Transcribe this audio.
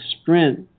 sprint